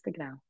instagram